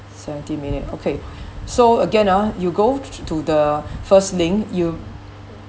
seventy minute okay so again ah you go t~ to the first link you